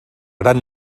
gran